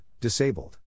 disabled